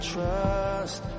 trust